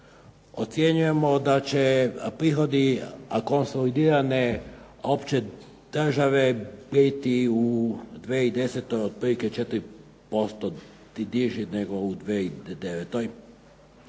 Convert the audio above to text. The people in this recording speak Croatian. Ocjenjujemo da će prihodi konsolidirane opće države biti u 2010. otprilike 4% niži nego u 2009.